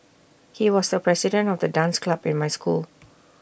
he was the president of the dance club in my school